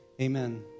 Amen